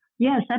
Yes